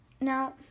Now